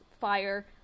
fire